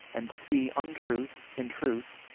and see untruth in truth,